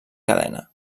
cadena